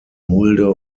mulde